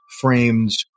frames